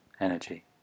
energy